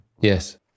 Yes